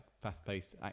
fast-paced